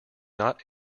not